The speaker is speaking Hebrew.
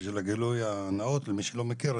למען הגילוי הנאות למי שלא מכיר,